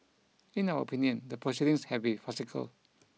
in our opinion the proceedings have been farcical